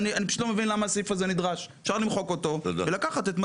זה החלק הראשון שאמרתי,